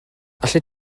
allet